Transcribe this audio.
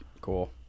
cool